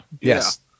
Yes